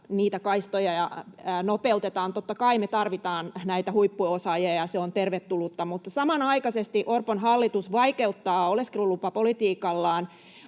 kaistoilla nopeutetaan. Totta kai me tarvitaan näitä huippuosaajia, ja se on tervetullutta, mutta samanaikaisesti Orpon hallitus vaikeuttaa oleskelulupapolitiikallaan